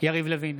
יריב לוין,